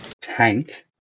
tank